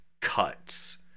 cuts